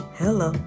hello